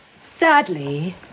Sadly